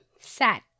sat